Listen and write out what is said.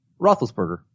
Roethlisberger